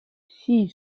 six